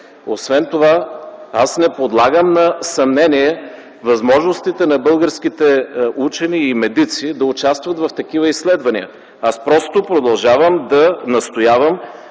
Освен това аз не подлагам на съмнение възможностите на българските учени и медици да участват в такива изследвания. Аз просто продължавам да настоявам